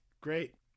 great